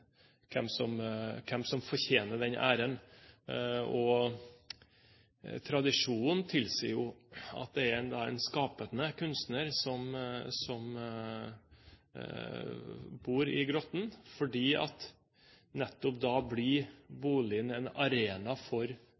hvem som fortjener æren. Tradisjonen tilsier at det er en skapende kunstner som bor i Grotten, for nettopp da blir boligen en arena for